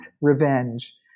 revenge